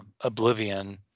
oblivion